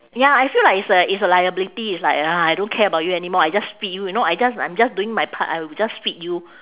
ya I feel like it's a it's a liability it's like I don't care about you anymore I just feed you you know I just I'm just doing my part I will just feed you